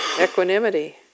equanimity